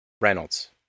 Reynolds